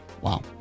wow